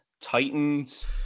Titans